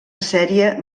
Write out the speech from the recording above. sèrie